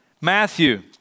Matthew